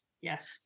Yes